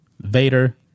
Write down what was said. Vader